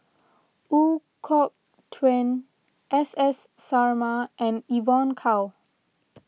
Ooi Kok Chuen S S Sarma and Evon Kow